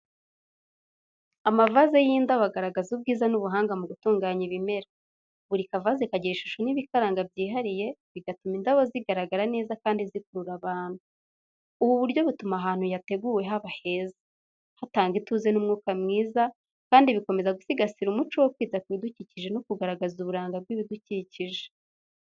Amavaze y’indabo agaragaza ubwiza n’ubuhanga mu gutunganya ibimera. Buri kavaze kagira ishusho n’ibikaranga byihariye, bigatuma indabo zigaragara neza kandi zikurura abantu. Ubu buryo butuma ahantu yateguwe haba heza, hatanga ituze n’umwuka mwiza kandi bikomeza gusigasira umuco wo kwita ku bidukikije no kugaragaza uburanga bw’ibidukikije.